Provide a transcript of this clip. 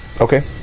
Okay